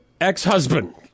ex-husband